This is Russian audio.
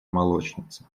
молочница